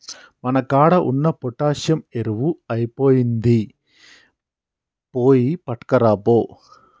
మన కాడ ఉన్న పొటాషియం ఎరువు ఐపొయినింది, పోయి పట్కరాపో